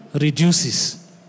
reduces